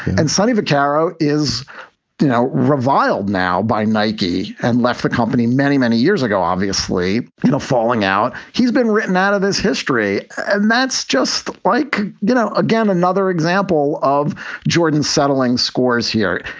and sonny vaccaro is now reviled now by nike and left the company many, many years ago, obviously, you know, falling out. he's been written out of his history. and that's just like, you know, again, another example of jordan settling scores here.